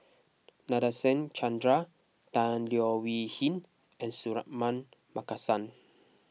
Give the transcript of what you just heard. Nadasen Chandra Tan Leo Wee Hin and Suratman Markasan